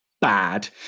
bad